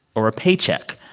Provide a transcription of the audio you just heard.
or a paycheck?